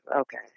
Okay